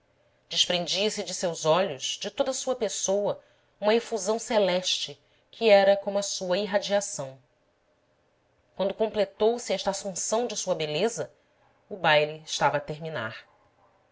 desprendia-se de seus olhos de toda sua pessoa uma efusão celeste que era como a sua irradiação quando completou se esta assunção de sua beleza o baile estava a terminar